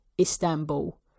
Istanbul